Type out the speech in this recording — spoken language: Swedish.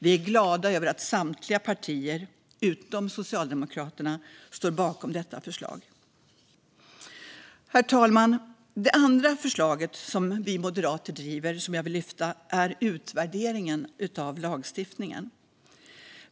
Vi är glada över att samtliga partier utom Socialdemokraterna står bakom detta förslag. Herr talman! Det andra förslag som vi moderater driver och som jag vill lyfta gäller utvärdering av lagstiftningen.